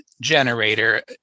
generator